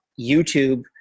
YouTube